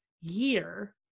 year